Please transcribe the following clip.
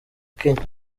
kenya